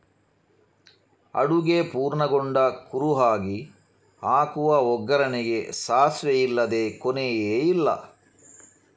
ಅಡುಗೆ ಪೂರ್ಣಗೊಂಡ ಕುರುಹಾಗಿ ಹಾಕುವ ಒಗ್ಗರಣೆಗೆ ಸಾಸಿವೆ ಇಲ್ಲದೇ ಕೊನೆಯೇ ಇಲ್ಲ